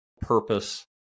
purpose